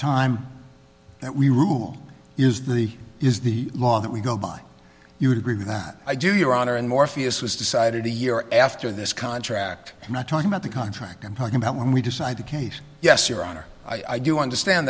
time that we rule is the is the law that we go by you would agree with that i do your honor and morpheus was decided a year after this contract not talking about the contract i'm talking about when we decide the case yes your honor i do understand